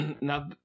now